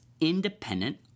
independent